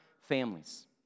families